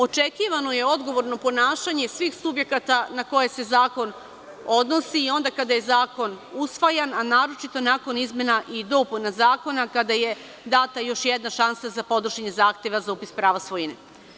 Očekivano je odgovorno ponašanje svih subjekata na koje se zakon odnosi i onda kada je zakon usvajan, a naročito nakon izmena i dopuna zakona, kada je data još jedna šansa za podnošenje zahteva za upis prava svojine.